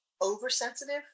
Oversensitive